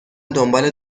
دنبال